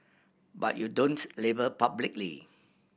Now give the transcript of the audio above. but you don't label publicly